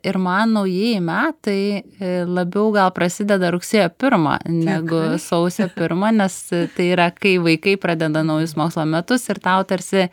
ir man naujieji metai labiau gal prasideda rugsėjo pirmą negu sausio pirmą nes tai yra kai vaikai pradeda naujus mokslo metus ir tau tarsi